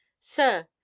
sir